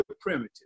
primitive